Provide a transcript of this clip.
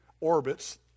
orbits